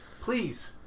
Please